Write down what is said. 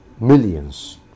millions